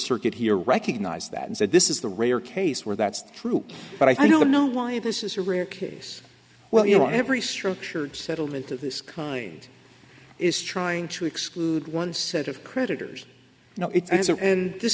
circuit here recognize that and said this is the rare case where that's true but i don't know why this is a rare case where you want every structured settlement of this kind is trying to exclude one set of creditors no it isn't and this